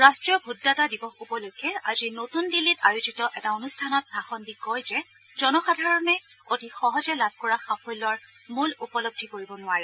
ৰাষ্ট্ৰীয় ভোটদাতা দিৱস উপলক্ষে আজি নতুন দিল্লীত আয়োজিত এটা অনুষ্ঠানত ভাষণ দি কয় যে জনসাধাৰণে অতি সহজে লাভ কৰা সাফল্যৰ মোল উপলধি কৰিব নোৱাৰে